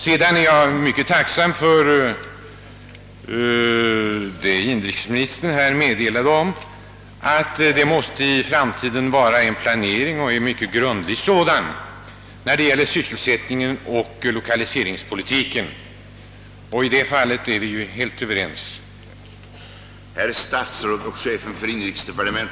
Jag är mycket tillfredsställd med inrikesministerns uttalande att det måste verkställas en planering och en mycket grundlig sådan i fråga om sysselsättningsoch lokaliseringspolitiken. Därvidlag är vi helt överens.